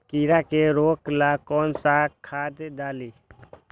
कीड़ा के रोक ला कौन सा खाद्य डाली?